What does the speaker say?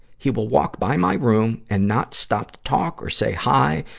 he will walk by my room and not stop to talk or say hi,